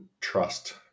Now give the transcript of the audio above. trust